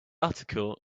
article